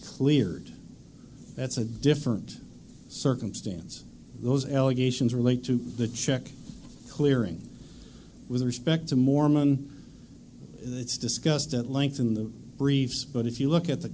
cleared that's a different circumstance those allegations relate to the check clearing with respect to mormon it's discussed at length in the briefs but if you look at the